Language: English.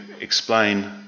explain